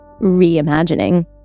reimagining